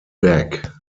back